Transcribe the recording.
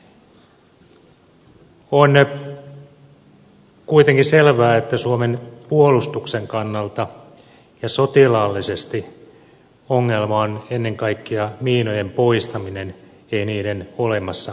on kuitenkin selvää että suomen puolustuksen kannalta ja sotilaallisesti ongelma on ennen kaikkea miinojen poistaminen ei niiden olemassaolo